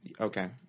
Okay